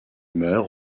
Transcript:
meurt